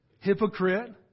Hypocrite